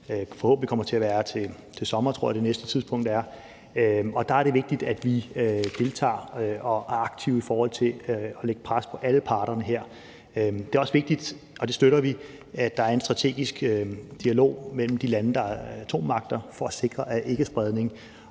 forhåbentlig kommer til at være til sommer, tror jeg det næste tidspunkt er, og der er det vigtigt, at vi deltager og er aktive i forhold til at lægge et pres på alle parterne her. Det er også vigtigt – og det støtter vi – at der er en strategisk dialog mellem de lande, der er atommagter, for at sikre ikkespredning,